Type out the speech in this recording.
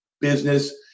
business